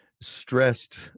Stressed